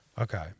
okay